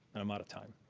i'm out of time.